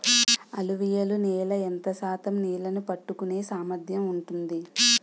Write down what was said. అలువియలు నేల ఎంత శాతం నీళ్ళని పట్టుకొనే సామర్థ్యం ఉంటుంది?